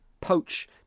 poach